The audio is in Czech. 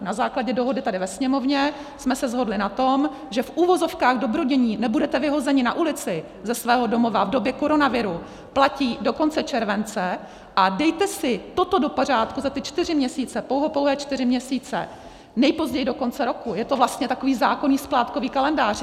Na základě dohody tady ve Sněmovně jsme se shodli na tom, že v uvozovkách dobrodiní nebudete vyhozeni na ulici ze svého domova v době koronaviru platí do konce července, a dejte si toto do pořádku za ty čtyři měsíce, pouhopouhé čtyři měsíce, nejpozději do konce roku, je to vlastně takový zákonný splátkový kalendář.